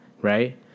Right